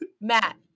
Matt